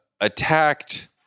attacked